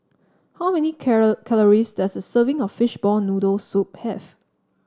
how many calories does a serving of Fishball Noodle Soup have